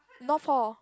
north hall